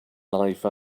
life